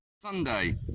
Sunday